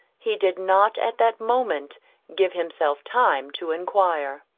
he did not at that moment give himself time to enquire.